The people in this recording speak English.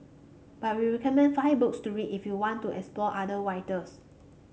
but we recommend five books to read if you want to explore other writers